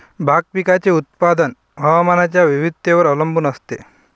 भाग पिकाचे उत्पादन हवामानाच्या विविधतेवर अवलंबून असते